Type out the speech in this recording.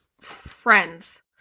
friends